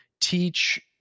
teach